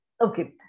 Okay